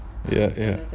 ya ya